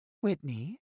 Whitney